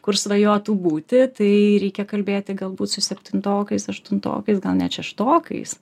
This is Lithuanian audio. kur svajotų būti tai reikia kalbėti galbūt su septintokais aštuntokais gal net šeštokais